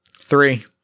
Three